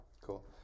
Cool